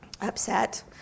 upset